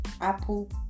Apple